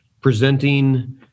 presenting